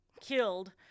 killed